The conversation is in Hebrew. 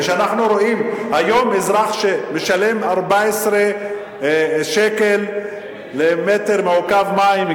וכשאנחנו רואים אזרח שמשלם היום 14 שקל למטר מעוקב מים,